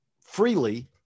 freely